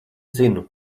zinu